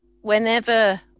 whenever